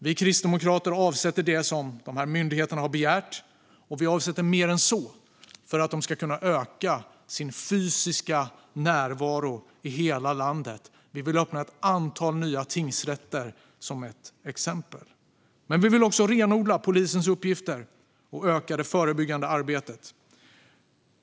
Vi kristdemokrater avsätter det som myndigheterna begärt, och vi avsätter mer än så för att de ska kunna öka sin fysiska närvaro i hela landet. Vi vill som ett exempel öppna ett antal nya tingsrätter. Men vi vill också renodla polisens uppgifter och öka det förebyggande arbetet.